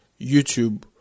YouTube